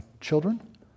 children